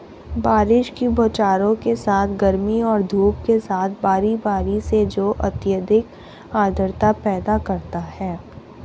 बारिश की बौछारों के साथ गर्मी और धूप के साथ बारी बारी से जो अत्यधिक आर्द्रता पैदा करता है